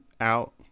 out